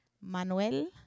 Manuel